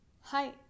Hi